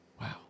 Wow